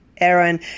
Aaron